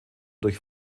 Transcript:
durch